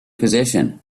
position